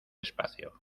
espacio